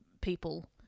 people